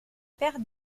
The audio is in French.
perd